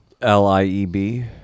L-I-E-B